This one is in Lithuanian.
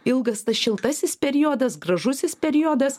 ilgas tas šiltasis periodas gražusis periodas